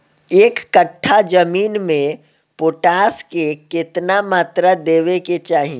एक कट्ठा जमीन में पोटास के केतना मात्रा देवे के चाही?